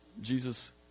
Jesus